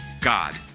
God